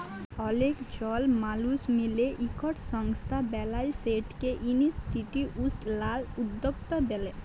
অলেক জল মালুস মিলে ইকট সংস্থা বেলায় সেটকে ইনিসটিটিউসলাল উদ্যকতা ব্যলে